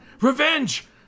Revenge